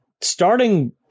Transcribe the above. starting